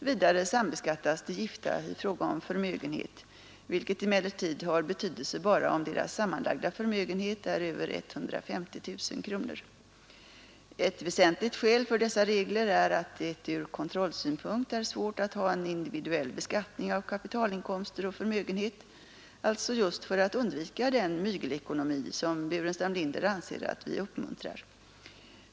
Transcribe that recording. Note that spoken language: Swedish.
Vidare sambeskattas de gifta i fråga om förmögenhet, vilket emellertid har betydelse bara om deras sammanlagda förmögenhet är över 150 000 kronor. Ett väsentligt skäl för dessa regler är att det ur kontrollsynpunkt är svårt att ha en individuell beskattning av kapitalinkomster och förmögenhet, alltså just för att undvika den ”mygelekonomi” som Burenstam Linder anser att vi uppmuntrar.